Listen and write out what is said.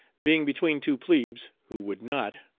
being between two plebes, who would not,